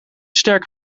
sterk